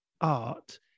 art